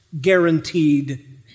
guaranteed